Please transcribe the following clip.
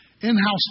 in-house